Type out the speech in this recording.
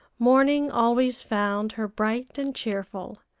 morning always found her bright and cheerful,